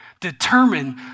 determine